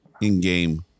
in-game